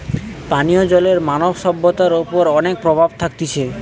পানীয় জলের মানব সভ্যতার ওপর অনেক প্রভাব থাকতিছে